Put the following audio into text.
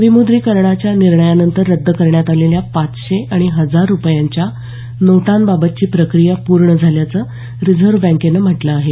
विमुद्रीकरणाच्या निर्णयानंतर रद्द करण्यात आलेल्या पाचशे आणि हजार रुपयांच्या नोटांबाबतची प्रक्रिया पूर्ण झाल्याचं रिजव्ह बँकेनं म्हटलं आहे